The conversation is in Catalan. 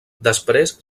després